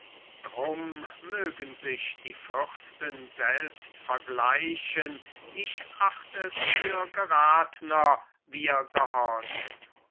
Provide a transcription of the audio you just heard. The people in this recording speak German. drum mögen sich die fürsten selbst vergleichen ich acht es für gerathner wir gehorchen